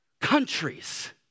Countries